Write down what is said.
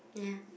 yeah